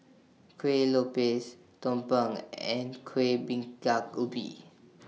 Kueh Lopes Tumpeng and Kueh Bingka Ubi